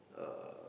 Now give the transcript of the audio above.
um